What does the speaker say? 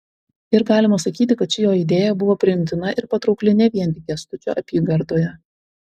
ir galima sakyti kad ši jo idėja buvo priimtina ir patraukli ne vien tik kęstučio apygardoje